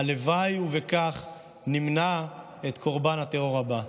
הלוואי ובכך נמנע את קורבן הבא.